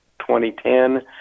2010